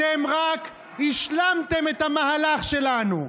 אתם רק השלמתם את המהלך שלנו.